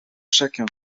chacun